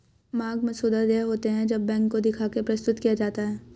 मांग मसौदा देय होते हैं जब बैंक को दिखा के प्रस्तुत किया जाता है